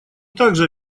также